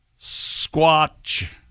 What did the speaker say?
squatch